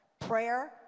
prayer